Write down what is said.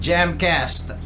Jamcast